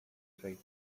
فکر